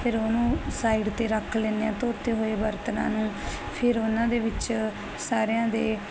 ਫਿਰ ਉਹਨੂੰ ਸਾਈਡ ਤੇ ਰੱਖ ਲੈਨੇ ਆ ਧੋਤੇ ਹੋਏ ਬਰਤਨਾਂ ਨੂੰ ਫਿਰ ਉਹਨਾਂ ਦੇ ਵਿੱਚ ਸਾਰਿਆਂ ਦੇ